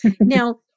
now